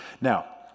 Now